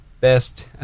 best